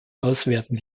auswerten